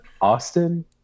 Austin